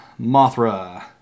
Mothra